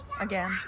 again